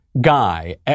guy